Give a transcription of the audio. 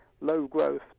low-growth